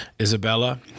Isabella